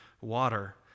water